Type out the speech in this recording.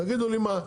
תגידו לי מה,